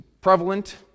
prevalent